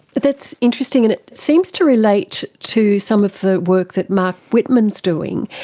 that's interesting and it seems to relate to some of the work that marc wittmann is doing.